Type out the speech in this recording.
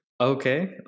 Okay